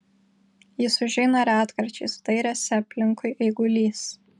jis užeina retkarčiais dairėsi aplinkui eigulys